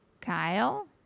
Kyle